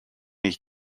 ich